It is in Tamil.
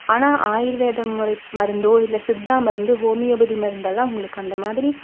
ஆனால் ஆயுர்வேத முறை மருந்தோ இல்லை சித்தா மருந்து ஹோமியோபதி மருந்தெல்லாம் உங்களுக்கு அந்த மாதிரி